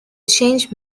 change